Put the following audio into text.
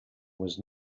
was